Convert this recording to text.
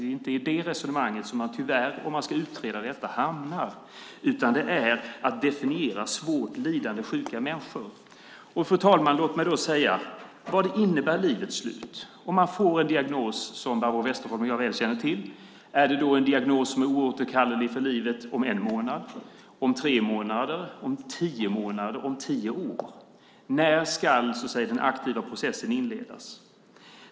Det är inte i det resonemanget som man om man ska utreda detta hamnar, utan det är att definiera svårt lidande sjuka människor. Fru talman! Låt mig då säga: Vad innebär livets slut? Om man får en diagnos - som Barbro Westerholm och jag väl känner till - är det då en diagnos som är oåterkallelig för livet om en månad, om tre månader, om tio månader, om tio år? När ska den aktiva processen inledas?